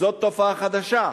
זו תופעה חדשה,